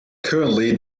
currently